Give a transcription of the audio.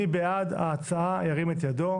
מי בעד ההצעה, ירים את ידו.